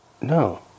No